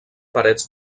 parets